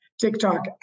TikTok